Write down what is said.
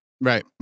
Right